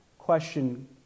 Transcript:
Question